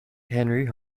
henry